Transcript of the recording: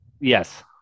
Yes